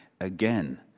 again